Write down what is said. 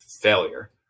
failure